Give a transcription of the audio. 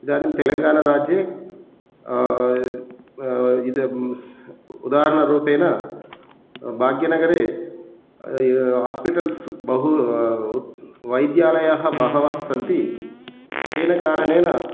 इदानीं तेलङ्गानराज्ये इदम् उदारणरूपेण भाग्यनगरे आस्पेटल्स् बहु व् वैद्यालयः बहवस्सन्ति तेन कारणेन